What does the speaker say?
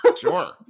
Sure